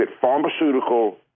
pharmaceutical